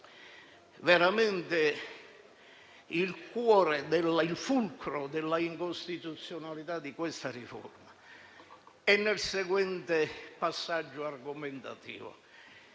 veramente il fulcro dell'incostituzionalità di questa riforma nel seguente passaggio argomentativo.